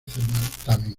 certamen